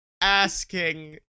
asking